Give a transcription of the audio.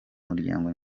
muryango